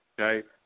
okay